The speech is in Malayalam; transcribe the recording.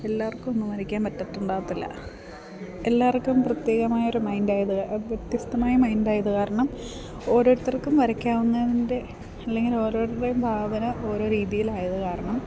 എല്ലാവർക്കുമൊന്നും വരയ്ക്കാൻ പറ്റത്തുണ്ടാവില്ല എല്ലാവർക്കും പ്രത്യേകമായൊരു മൈൻ്റായത് വ്യത്യസ്തമായ മൈൻ്റായതു കാരണം ഓരോരുത്തർക്കും വരയ്ക്കാവുന്നതിൻ്റെ അല്ലെങ്കിൽ ഓരോരുത്തരുടേയും ഭാവന ഓരോ രീതിയിലായതു കാരണം